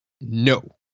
no